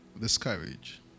discourage